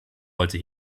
heute